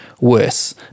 worse